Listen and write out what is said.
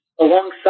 alongside